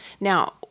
Now